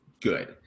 good